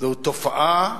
זו תופעה,